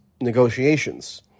negotiations